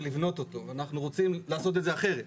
לבנות אותו ואנחנו רוצים לעשות את זה אחרת.